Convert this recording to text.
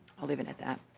will leave it at that.